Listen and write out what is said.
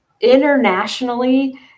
internationally